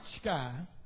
sky